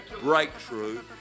Breakthrough